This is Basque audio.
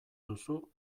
duzu